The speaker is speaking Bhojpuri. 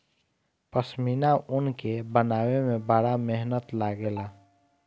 पश्मीना ऊन के बनावे में बड़ा मेहनत लागेला